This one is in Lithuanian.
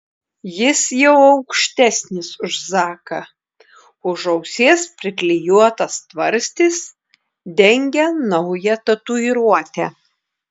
jis jau aukštesnis už zaką už ausies priklijuotas tvarstis dengia naują tatuiruotę